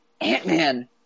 Ant-Man